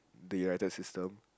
the united system